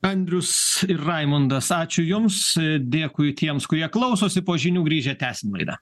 andrius ir raimundas ačiū jums dėkui tiems kurie klausosi po žinių grįžę tęstim laidą